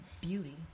beauty